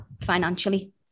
financially